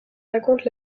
raconte